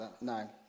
no